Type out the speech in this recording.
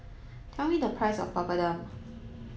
tell me the price of Papadum